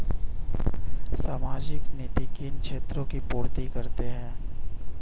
सामाजिक नीति किन क्षेत्रों की पूर्ति करती है?